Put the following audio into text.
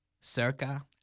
Circa